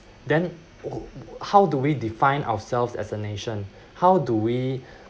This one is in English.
then how do we define ourselves as a nation how do we